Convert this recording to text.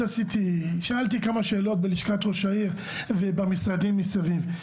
שאלתי כמה שאלות בלשכת ראש העיר ובמשרדים מסביב.